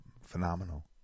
phenomenal